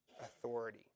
authority